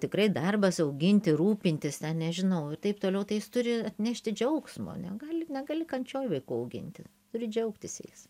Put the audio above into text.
tikrai darbas auginti rūpintis ten nežinau taip toliau tai jis turi atnešti džiaugsmo negali negali kančioj vaikų auginti turi džiaugtis jais